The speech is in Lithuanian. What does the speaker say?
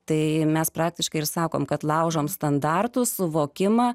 tai mes praktiškai ir sakome kad laužome standartus suvokimą